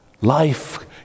Life